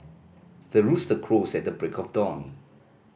the rooster crows at the break of dawn